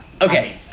Okay